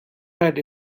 had